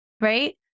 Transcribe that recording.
right